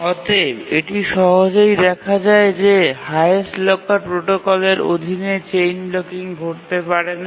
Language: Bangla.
অতএব এটি সহজেই দেখা যায় যে হাইয়েস্ট লকার প্রোটোকলের অধীনে চেইন ব্লকিং ঘটতে পারে না